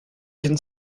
can